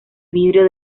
vidrio